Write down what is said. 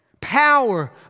power